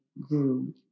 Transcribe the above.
grew